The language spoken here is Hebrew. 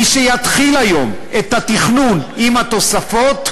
מי שיתחיל היום את התכנון עם התוספות,